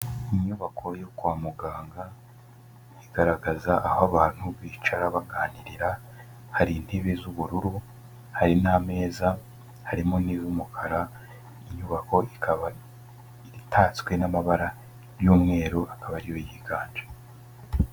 Inyubako yo kwa muganga, igaragaza aho abantu bicara baganirira, hari intebe z'ubururu, hari n'ameza, harimo n'iz'umukara, inyubako ikaba itatswe n'amabara y'umweru akaba ariyo yiganje.